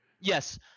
yes